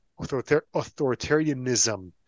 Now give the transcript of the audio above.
authoritarianism